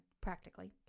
practically